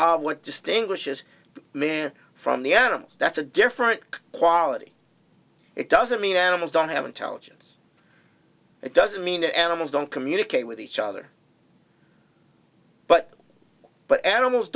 of what distinguishes man from the atoms that's a different quality it doesn't mean animals don't have intelligence it doesn't mean animals don't communicate with each other but but animals